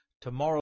tomorrow